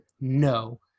no